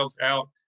out